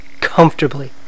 comfortably